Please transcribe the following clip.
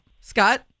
Scott